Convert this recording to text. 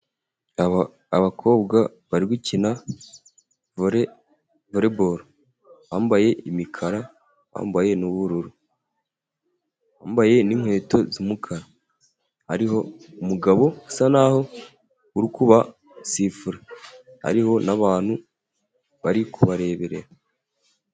Aba abakobwa bari gukina vole volebolo bambaye imikara bambaye n'ubururu, bambaye n'inkweto z'umukara .Hariho umugabo usa n'aho uri kubasifura, hariho n'abantu bari kubareberera.